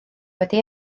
wedi